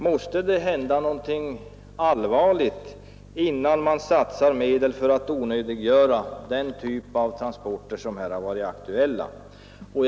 Måste det hända någonting allvarligt innan man satsar medel för att onödiggöra transporter av den typ som vi här talat om?